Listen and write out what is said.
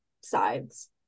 sides